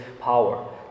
power